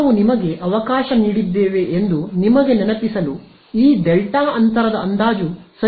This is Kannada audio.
ನಾವು ನಿಮಗೆ ಅವಕಾಶ ನೀಡಿದ್ದೇವೆ ಎಂದು ನಿಮಗೆ ನೆನಪಿಸಲು ಈ ಡೆಲ್ಟಾ ಅಂತರದ ಅಂದಾಜು ಸರಿಯಾಗಿ ಪರಿಶೀಲಿಸೋಣ